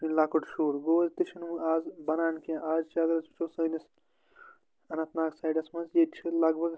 یہِ چھُ وُنہِ لۄکُٹ شُر گوٚو ییٚتہِ تہِ چھُنہٕ وۄنۍ آز بَنان کیٚنٛہہ آز چھِ اَگر أسۍ وُچھو سٲنِس اَننٛت ناگ سایڈَس منٛز ییٚتہِ چھِ لگ بھگ